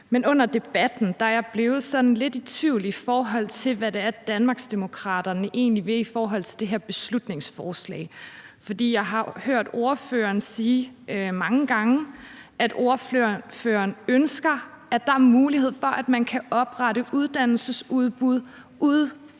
Under debatten er jeg blevet sådan lidt i tvivl om, hvad det er, Danmarksdemokraterne egentlig vil med det her beslutningsforslag, for jeg har hørt ordføreren sige mange gange, at ordføreren ønsker, at der er mulighed for, at man kan oprette uddannelsesudbud uden